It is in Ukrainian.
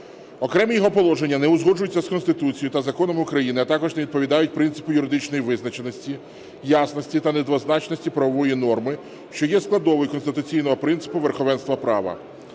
Окремі його положення не узгоджуються з Конституцією та законами України, а також не відповідають принципу юридичної визначеності, ясності та недвозначності правової норми, що є складовою конституційного принципу верховенства права.